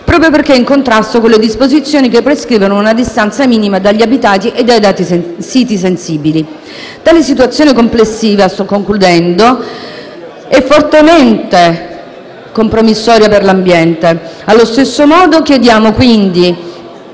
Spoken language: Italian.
proprio perché in contrasto con le disposizioni che prescrivono una distanza minima dagli abitati e dai siti sensibili. Tale situazione complessiva è fortemente compromissoria per l'ambiente. Chiediamo, quindi,